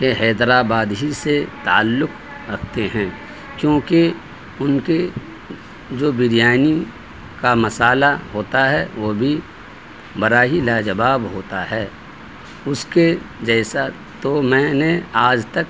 کہ حیدر آباد ہی سے تعلق رکھتے ہیں کیونکہ ان کی جو بریانی کا مسالہ ہوتا ہے وہ بھی بڑا ہی لاجواب ہوتا ہے اس کے جیسا تو میں نے آج تک